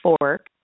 fork